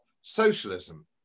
socialism